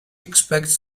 expects